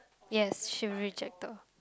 yes she rejected